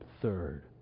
third